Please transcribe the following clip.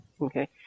Okay